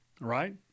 Right